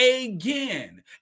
again